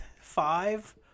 five